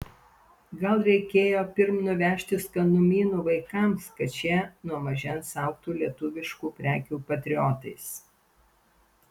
gal reikėjo pirm nuvežti skanumynų vaikams kad šie nuo mažens augtų lietuviškų prekių patriotais